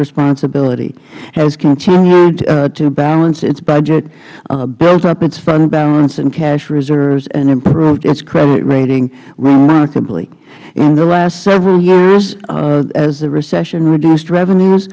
responsibility has continued to balance its budget built up its fund balance and cash reserves and improved its credit rating remarkably in the last several years as the recession reduced revenues